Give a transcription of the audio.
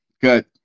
Good